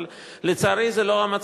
אבל, לצערי, זה לא המצב.